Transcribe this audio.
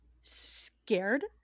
scared